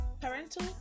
parental